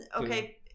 Okay